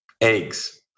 eggs